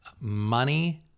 money